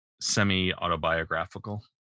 semi-autobiographical